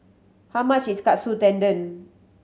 how much is Katsu Tendon